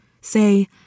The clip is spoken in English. Say